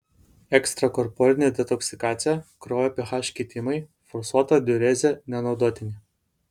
ekstrakorporinė detoksikacija kraujo ph kitimai forsuota diurezė nenaudotini